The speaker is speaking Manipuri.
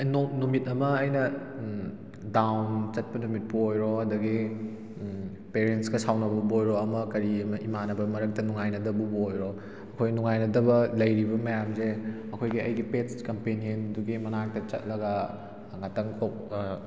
ꯅꯨꯃꯤꯠ ꯑꯃ ꯑꯩꯅ ꯗꯥꯎꯟ ꯆꯠꯄ ꯅꯨꯃꯤꯠꯄꯨ ꯑꯣꯏꯔꯣ ꯑꯗꯒꯤ ꯄꯦꯔꯦꯟꯁꯀ ꯁꯥꯎꯅꯕꯕꯨ ꯑꯣꯏꯔꯣ ꯑꯃ ꯀꯔꯤ ꯏꯃꯥꯟꯅꯕ ꯃꯔꯛꯇ ꯅꯨꯡꯉꯥꯏꯅꯗꯕꯕꯨ ꯑꯣꯏꯔꯣ ꯑꯩꯈꯣꯏ ꯅꯨꯡꯉꯥꯏꯅꯗꯕ ꯂꯩꯔꯤꯕ ꯃꯌꯥꯝꯁꯦ ꯑꯩꯈꯣꯏꯒꯤ ꯑꯩꯒꯤ ꯄꯦꯠꯁ ꯀꯝꯄꯦꯅꯤꯌꯟꯗꯨꯒꯤ ꯃꯅꯥꯛꯇ ꯆꯠꯂꯒ ꯉꯥꯛꯇꯪ ꯀꯣꯛ